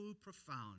profound